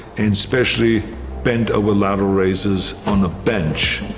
and especially bent over lateral raises on the bench,